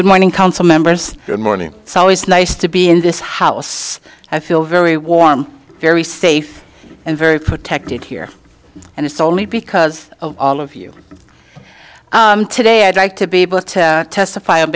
good morning council members good morning it's always nice to be in this house i feel very warm very safe and very protected here and it's only because of all of you today i'd like to be able to testify o